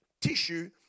tissue